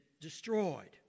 destroyed